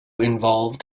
involved